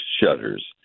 shutters